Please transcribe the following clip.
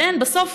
ואין, בסוף,